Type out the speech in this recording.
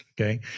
okay